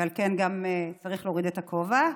ועל כן גם צריך להוריד את הכובע.